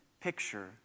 picture